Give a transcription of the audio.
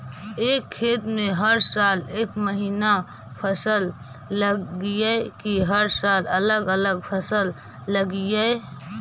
एक खेत में हर साल एक महिना फसल लगगियै कि हर साल अलग अलग फसल लगियै?